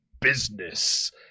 business